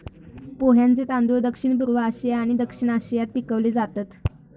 पोह्यांचे तांदूळ दक्षिणपूर्व आशिया आणि दक्षिण आशियात पिकवले जातत